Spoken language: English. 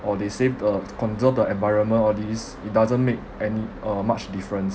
or they save the earth conserve the environment all these it doesn't make any uh much difference